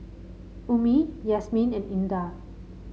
Ummi Yasmin and Indah